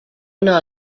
una